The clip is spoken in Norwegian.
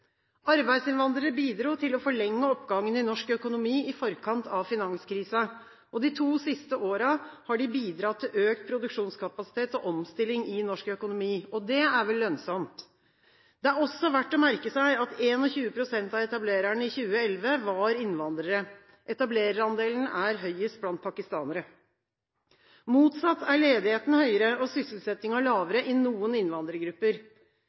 Arbeidsinnvandrere bidro til å forlenge oppgangen i norsk økonomi i forkant av finanskrisen, og de to siste årene har de bidratt til økt produksjonskapasitet og omstilling i norsk økonomi. Det er vel lønnsomt? Det er også verdt å merke seg at 21 pst. av etablererne i 2011 var innvandrere. Etablererandelen er høyest blant pakistanere. Motsatt er ledigheten høyere og sysselsettingen lavere i noen innvandrergrupper.